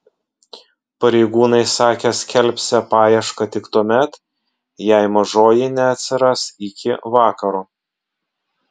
pareigūnai sakė skelbsią paiešką tik tuomet jei mažoji neatsiras iki vakaro